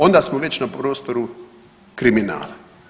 Onda smo već na prostoru kriminala.